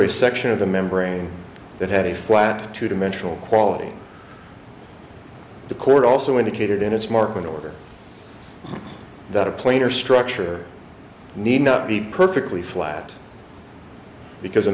a section of the membrane that had a flat two dimensional quality the court also indicated in its market order that a plane or structure need not be perfectly flat because